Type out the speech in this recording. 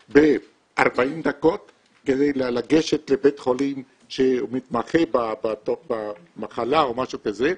ב-40 דקות כדי לגשת לבית חולים שמתמחה במחלה או משהו כזה,